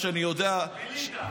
מליטא.